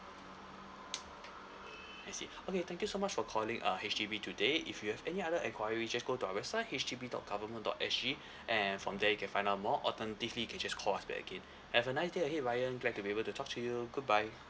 I see okay thank you so much for calling uh H_D_B today if you have any other enquiries just go to our website H D B dot government dot S G and from there you can find out more alternatively you can just call us back again have a nice day ahead ryan glad to be able to talk to you goodbye